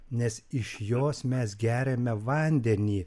nes iš jos mes geriame vandenį